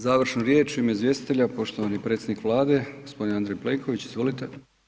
Završnu riječ u ime izvjestitelja, poštovani predsjednik Vlade, g. Andrej Plenković, izvolite.